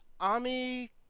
Ami